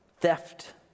theft